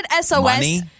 SOS